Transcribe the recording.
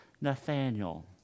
Nathaniel